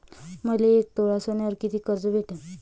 मले एक तोळा सोन्यावर कितीक कर्ज भेटन?